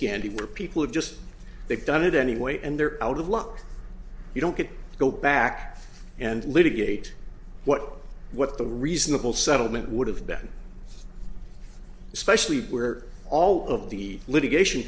candy where people have just they've done it anyway and they're out of luck you don't get to go back and litigate what what the reasonable settlement would have been especially where all of the litigation